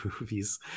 movies